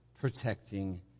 protecting